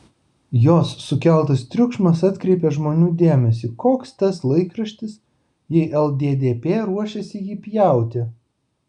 jos sukeltas triukšmas atkreipė žmonių dėmesį koks tas laikraštis jei lddp ruošiasi jį pjauti